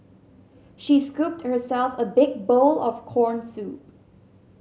she scooped herself a big bowl of corn soup